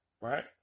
Right